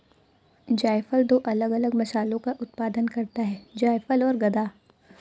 जायफल दो अलग अलग मसालों का उत्पादन करता है जायफल और गदा